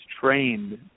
trained